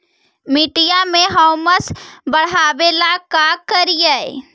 मिट्टियां में ह्यूमस बढ़ाबेला का करिए?